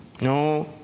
No